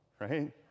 Right